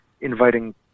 inviting